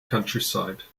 countryside